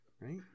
right